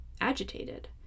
agitated